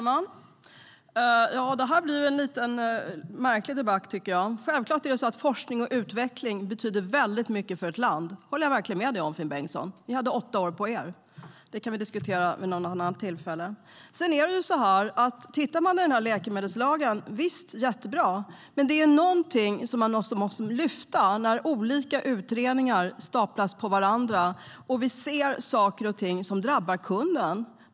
Herr talman! Det blir en lite märklig debatt, tycker jag. Självklart betyder forskning och utveckling väldigt mycket för ett land. Det håller jag verkligen med dig om, Finn Bengtsson. Ni hade åtta år på er. Det kan vi diskutera vid något annat tillfälle. Tittar man på läkemedelslagen: Visst, det är jättebra. Men det är något man måste lyfta när olika utredningar staplas på varandra och vi ser saker och ting som drabbar kunden.